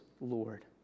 Lord